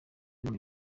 bimwe